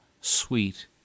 sweet